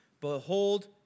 Behold